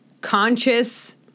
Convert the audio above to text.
conscious